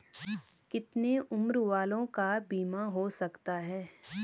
कितने उम्र वालों का बीमा हो सकता है?